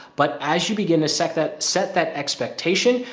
but as you begin to set that set that expectation,